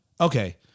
Okay